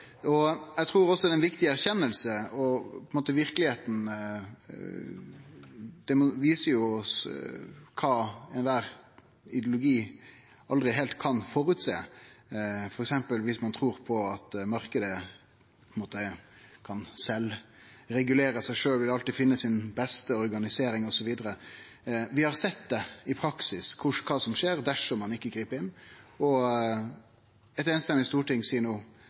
Eg trur også det er ei viktig erkjenning, for verkelegheita viser jo oss kva kvar ideologi aldri heilt kan føresjå, f.eks. viss ein trur at marknaden kan regulere seg sjølv og vil alltid finne si beste organisering, osv. Vi har sett i praksis kva som skjer dersom ein ikkje grip inn, og eit samrøystes storting seier no